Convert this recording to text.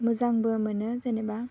मोजांबो मोनो जेनेबा